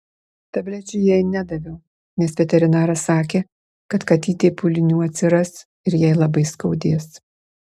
tablečių jai nedaviau nes veterinaras sakė kad katytei pūlinių atsiras ir jai labai skaudės